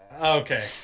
Okay